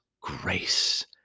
grace